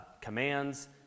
commands